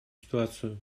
ситуацию